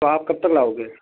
تو آپ کب تک لاؤ گے